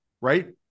right